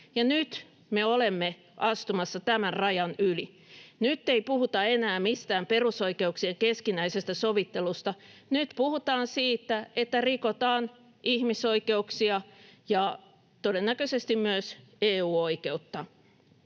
Nyt me olemme astumassa tämän rajan yli. Nyt ei puhuta enää mistään perusoikeuksien keskinäisestä sovittelusta, nyt puhutaan siitä, että rikotaan ihmisoikeuksia ja todennäköisesti myös EU-oikeutta.